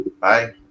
Bye